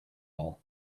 all